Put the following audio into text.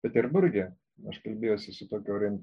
peterburge aš kalbėjausi su tokiu orien